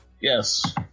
Yes